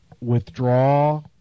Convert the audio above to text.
withdraw